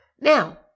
Now